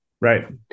right